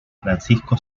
francisco